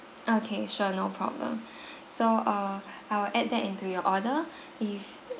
okay sure no problem so uh I will add that into your order if